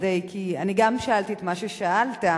גם אני שאלתי את מה ששאלת,